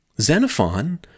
Xenophon